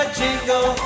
jingle